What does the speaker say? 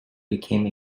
became